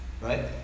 Right